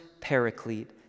paraclete